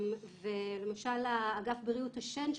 למשל אגף בריאות השן.